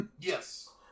yes